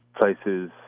places